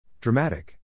Dramatic